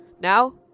Now